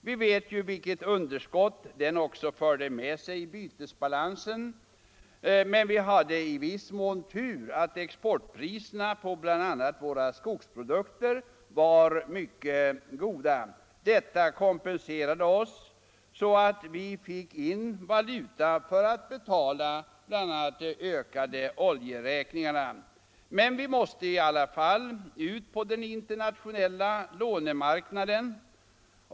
Vi vet vilket underskott den också förde med sig i bytesbalansen. Men vi hade i viss mån tur genom att exportpriserna på bl.a. våra skogsprodukter var mycket goda. Detta kompenserade oss så att vi fick in valuta för att betala de ökade oljeräkningarna. Men vi måste i alla fall ut på den internationella lånemarknaden.